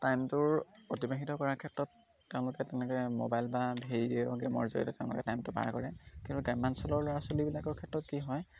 টাইমটোৰ অতিবাহিত কৰাৰ ক্ষেত্ৰত তেওঁলোকে তেনেকে মোবাইল বা হেৰি হওক গেমৰ জৰিয়তে তেওঁলোকে টাইমটো পাৰ কৰে কিন্তু গ্ৰাম্যাঞ্চলৰ ল'ৰা ছোৱালীবিলাকৰ ক্ষেত্ৰত কি হয়